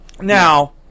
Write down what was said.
Now